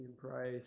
price